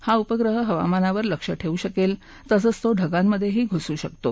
हा उपग्रह हवामानावर लक्ष ठेवू शकेल तसंच तो ढगांमधेही घुसू शकतो